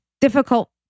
difficult